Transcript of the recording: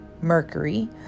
Mercury